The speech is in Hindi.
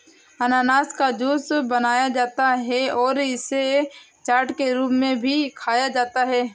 अनन्नास का जूस बनाया जाता है और इसे चाट के रूप में भी खाया जाता है